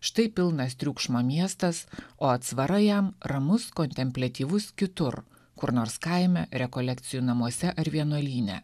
štai pilnas triukšmo miestas o atsvara jam ramus kontempliatyvus kitur kur nors kaime rekolekcijų namuose ar vienuolyne